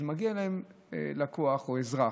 אז מגיע אליהם לקוח או אזרח,